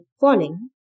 falling